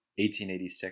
1886